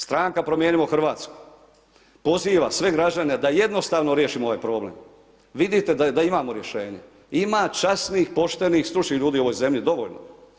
Stranka Promijenimo Hrvatsku poziva sve građane da jednostavno riješimo ovaj problem, vidite da imamo rješenje, ima časnih, poštenih, stručnih ljudi u ovoj zemlji dovoljno.